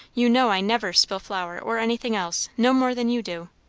you know i never spill flour or anything else no more than you do.